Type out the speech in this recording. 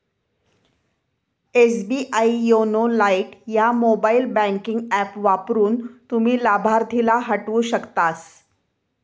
SBI YONO lite ह्या mobile banking app वापरून, तुम्ही लाभार्थीला हटवू शकतास